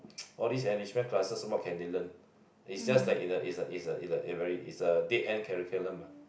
all these enrichment classes what can they learn it's just that like is a is a is a is very is a dead end curriculum lah